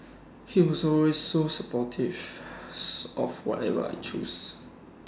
he was always so supportive of whatever I choose